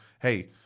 hey